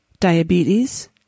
Diabetes